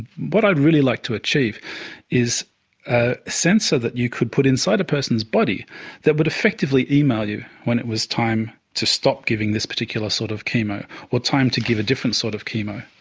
what i'd really like to achieve is a sensor that you could put inside a person's body that would effectively email you when it was time to stop giving this particular sort of chemo or time to give a different sort of chemo.